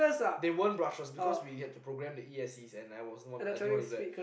they weren't brushes because we had to program the E_S_C and I also want I didn't want do that